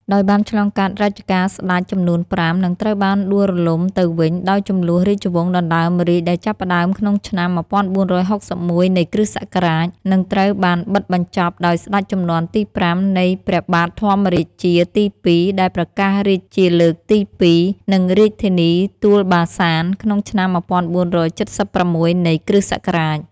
ដោយបានឆ្លងកាត់រជ្ជកាលស្ដេច ចំនួន៥ និងត្រូវបានដួលរំលំទៅវិញ ដោយជម្លោះរាជវង្សដណ្ដើមរាជដែលចាប់ផ្ដើមក្នុងឆ្នាំ ១៤៦១ នៃគ.សករាជ និងត្រូវបានបិទបញ្ចប់ដោយស្ដេចជំនាន់ទី៥ នៃ ព្រះបាទធម្មរាជាទី២ ដែលប្រកាសរាជជាលើកទី២ នៅរាជធានីទួលបាសាន ក្នុងឆ្នាំ ១៤៧៦ នៃគ.សករាជ ។